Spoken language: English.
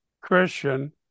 Christian